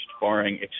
barring